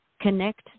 connect